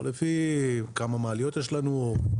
לא לפי כמה מעליות יש לנו ,